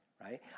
right